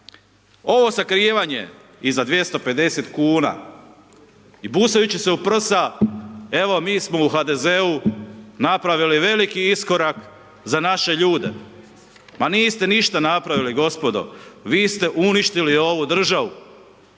Ovo sakrivanje iza 250,00 kn i busajući se u prsa, evo mi smo u HDZ-u napravili veliki iskorak za naše ljude. Ma niste ništa napravili gospodo, vi ste uništili ovu državu.